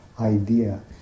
idea